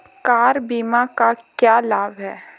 Car बीमा का क्या लाभ है?